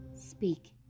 Speak